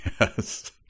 Yes